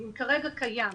ואם כרגע קיים